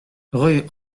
rue